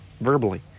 verbally